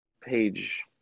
page